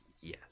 Yes